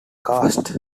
cast